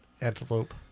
antelope